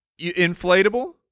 Inflatable